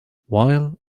while